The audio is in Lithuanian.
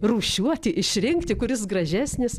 rūšiuoti išrinkti kuris gražesnis